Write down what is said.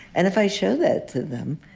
and if i show that to them,